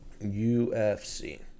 UFC